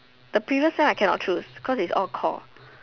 the previous sem I cannot choose cause it's all core